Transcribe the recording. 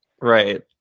Right